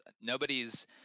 Nobody's